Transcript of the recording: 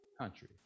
country